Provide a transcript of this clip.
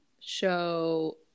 show